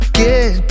get